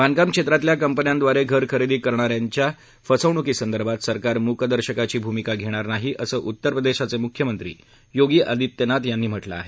बांधकाम क्षेत्रातल्या कंपन्यांद्वारे घर खरेदी करणाऱ्यांच्या फसवण्कीसंदर्भात सरकार मूकदर्शकाची भूमिका घेणार नाही असं उत्तर प्रदेशचे म्ख्यमंत्री योगी आदित्यनाथ यांनी सांगितलं